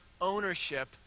ownership